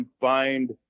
find